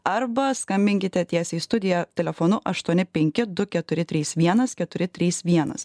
arba skambinkite tiesiai į studiją telefonu aštuoni penki du keturi trys vienas keturi trys vienas